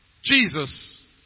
Jesus